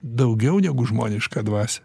daugiau negu žmonišką dvasią